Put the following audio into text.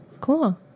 Cool